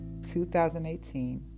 2018